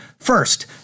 First